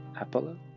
Apollo